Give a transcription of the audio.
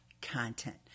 content